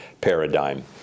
paradigm